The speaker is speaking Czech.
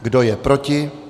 Kdo je proti?